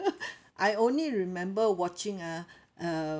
I only remember watching ah uh